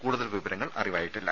കൂടുതൽ വിവരങ്ങൾ അറിവായിട്ടില്ല